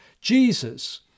Jesus